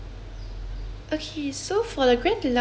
okay so for the grand deluxe room uh